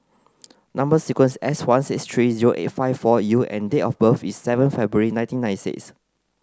number sequence is S one six three zero eight five four U and date of birth is seven February nineteen ninety six